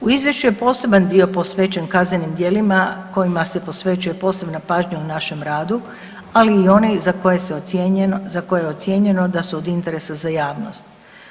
U Izvješću je poseban dio posvećen kaznenim djelima kojima se posvećuje posebna pažnja u našem radu, ali i oni za koje je ocijenjeno da su od interesa za javnost.